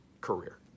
Career